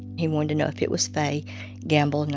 he wanted to know if it was faye gamble,